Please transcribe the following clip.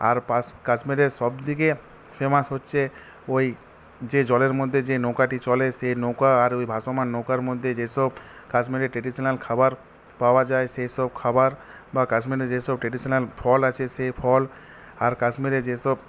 আর কাশ্মীরে সবথেকে ফেমাস হচ্ছে ওই যে জলের মধ্যে যে নৌকাটি চলে সে নৌকা আর ওই ভাসমান নৌকার মধ্যে যেসব কাশ্মীরের ট্রেডিশনাল খাবার পাওয়া যায় সেইসব খাবার বা কাশ্মীরে যেসব ট্রেডিশনাল ফল আছে সেই ফল আর কাশ্মীরে যেসব